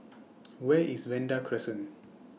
Where IS Vanda Crescent